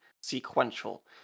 sequential